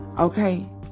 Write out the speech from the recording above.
okay